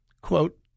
Quote